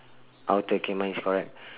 outer K mine is correct